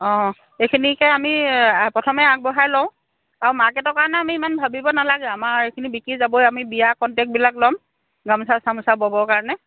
অঁ এইখিনিকে আমি প্ৰথমে আগবঢ়াই লওঁ আৰু মাৰ্কেটৰ কাৰণে আমি ইমান ভাবিব নালাগে আমাৰ এইখিনি বিক্ৰী যাবই আমি বিয়া কণ্টেক্টবিলাক ল'ম গামোচা চামোচা ব'বৰ কাৰণে